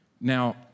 Now